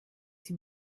sie